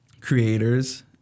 creators